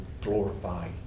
glorify